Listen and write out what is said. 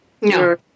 No